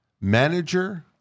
manager